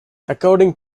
according